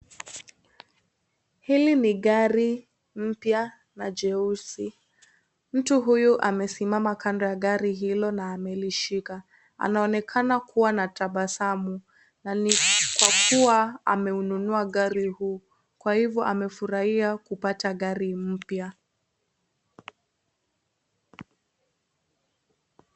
Hili ni gari mpya na cheusi. Mtu huyu amesimama kando ya gari hilo na amelishika. Anaonekana kuwa na tabasamu na ni kwa kuwa ameununua gari huu kwa hivyo, amefurahia kupata gari mpya.